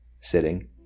Sitting